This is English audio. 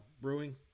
brewing